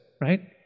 right